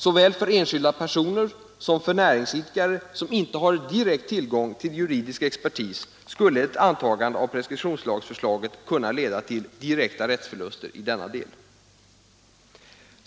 Såväl för enskilda personer som för näringsidkare som inte har direkt tillgång till juridisk expertis skulle ett antagande av preskriptionslagförslaget kunna leda till direkta rättsförluster i denna del.